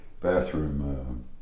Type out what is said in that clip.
bathroom